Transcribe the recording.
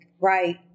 Right